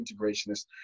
integrationist